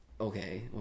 okay